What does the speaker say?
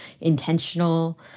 intentional